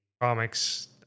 comics